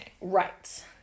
Right